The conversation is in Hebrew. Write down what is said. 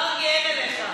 מרגי, אין עליך.